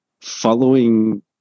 following